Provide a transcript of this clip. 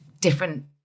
different